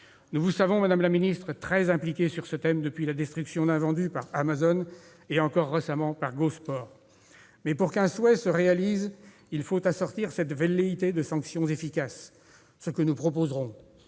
très impliquée, madame la secrétaire d'État, sur ce thème depuis la destruction d'invendus par Amazon et encore récemment par Go Sport, mais pour qu'un souhait se réalise, il faut assortir cette velléité de sanctions efficaces, ce que nous proposerons.